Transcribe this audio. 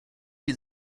die